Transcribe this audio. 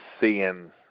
seeing